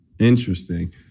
Interesting